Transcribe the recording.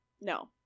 No